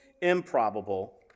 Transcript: improbable